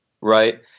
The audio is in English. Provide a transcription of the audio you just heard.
right